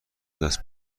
دست